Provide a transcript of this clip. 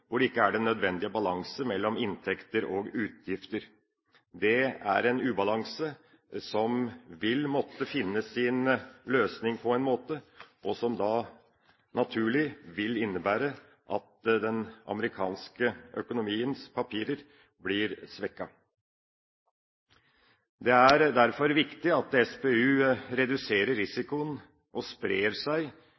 hvor det ikke er den nødvendige balanse mellom inntekter og utgifter. Det er en ubalanse som vil måtte finne sin løsning på en måte, og som da naturlig vil innebære at den amerikanske økonomiens papirer blir svekket. Det er derfor viktig at SPU reduserer